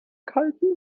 kalten